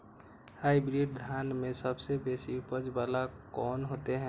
Hybrid धान में सबसे बेसी उपज बाला कोन हेते?